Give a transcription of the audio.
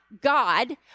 God